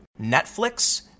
Netflix